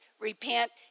repent